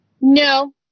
No